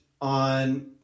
on